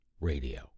radio